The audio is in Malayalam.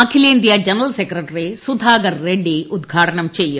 അഖിലേന്ത്യാ ജനറൽ സെക്രട്ടറി സുധാകർ റെഡ്ഡി ഉദ്ഘാടനം ചെയ്യും